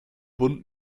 bund